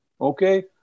okay